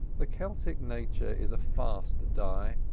the celtic nature is a fast dye,